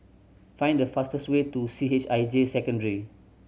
find the fastest way to C H I J Secondary